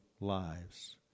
lives